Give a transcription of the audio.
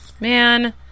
Man